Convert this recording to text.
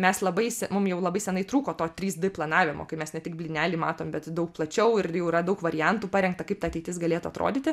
mes labai s mum jau labai senai trūko to trys d planavimo kai mes ne tik blynelį matom bet daug plačiau ir jau yra daug variantų parengta kaip ta ateitis galėtų atrodyti